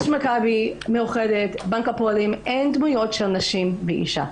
את קופת חולים מאוחדת אבל אין דמויות של נשים או אישה.